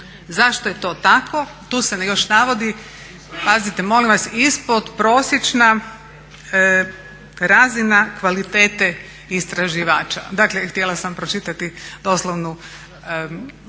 Zašto je to tako? Tu se još navodi pazite molim vas ispodprosječna razina kvalitete istraživača. Dakle, htjela sam pročitati doslovnu